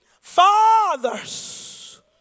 Fathers